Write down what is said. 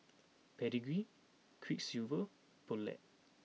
Pedigree Quiksilver Poulet